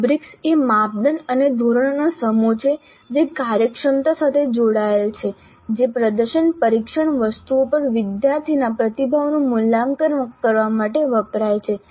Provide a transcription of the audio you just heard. rubrics એ માપદંડ અને ધોરણોનો સમૂહ છે જે કાર્યક્ષમતા સાથે જોડાયેલ છે જે પ્રદર્શન પરીક્ષણ વસ્તુઓ પર વિદ્યાર્થીના પ્રતિભાવનું મૂલ્યાંકન કરવા માટે વપરાય છે